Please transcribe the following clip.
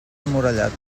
emmurallat